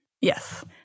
yes